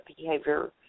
behavior